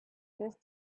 just